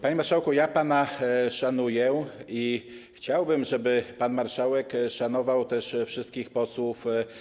Panie marszałku, ja pana szanuję i chciałbym, żeby pan marszałek tak samo szanował wszystkich posłów.